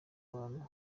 abantu